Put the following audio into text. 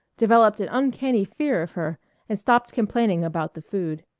developed an uncanny fear of her and stopped complaining about the food.